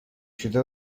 شده